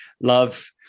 love